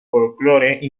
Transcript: folklore